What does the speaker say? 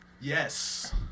Yes